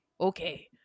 Okay